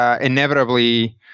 inevitably